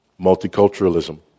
multiculturalism